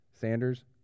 Sanders